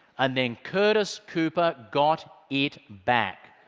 and then curtis cooper got it back.